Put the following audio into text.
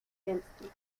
hempstead